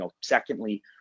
Secondly